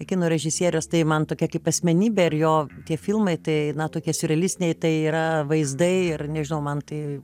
kino režisierius tai man tokia kaip asmenybė ir jo tie filmai tai na tokie siurrealistiniai tai yra vaizdai ir nežinau man tai